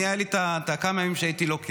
אני, היו לי את הימים שבהם הייתי לוקח,